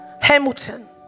Hamilton